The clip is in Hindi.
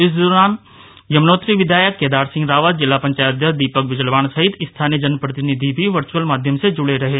इस दौरान यमुनोत्री विधायक श्री केदार सिंह रावत जिला पंचायत अध्यक्ष दीपक बिजल्वाण सहित स्थानीय जनप्रतिनिधिगण भी वर्चअल जुडे रहें